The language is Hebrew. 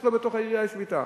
שאצלו בתוך העיר יש שביתה